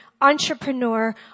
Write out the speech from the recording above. entrepreneur